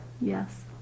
Yes